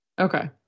Okay